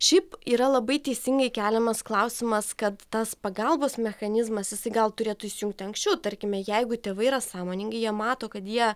šiaip yra labai teisingai keliamas klausimas kad tas pagalbos mechanizmas jisai gal turėtų įsijungti anksčiau tarkime jeigu tėvai yra sąmoningi jie mato kad jie